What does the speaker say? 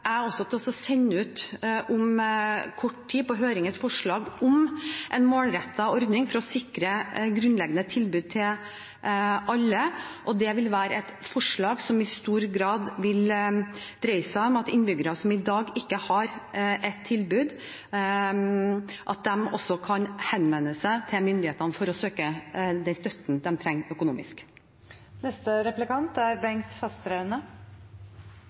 jeg om kort tid til å sende ut på høring et forslag om en målrettet ordning for å sikre et grunnleggende tilbud til alle. Det vil være et forslag som i stor grad vil dreie seg om at innbyggere som i dag ikke har et tilbud, kan henvende seg til myndighetene for å søke den økonomiske støtten de trenger.